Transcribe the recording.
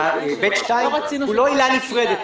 (ב2) הוא לא עילה נפרדת,